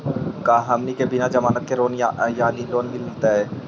का हमनी के बिना जमानत के ऋण यानी लोन मिलतई?